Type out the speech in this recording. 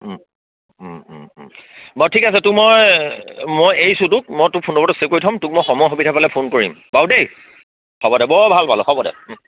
বাৰু ঠিক আছে তো মই মই এৰিছোঁ তোক মই তোৰ ফোন নম্বৰতো ছেভ কৰি থ'ম তোক মই সময় সুবিধা পালে ফোন কৰিম বাৰু দেই হ'ব দে বৰ ভাল পালো হ'ব দে